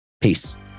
Peace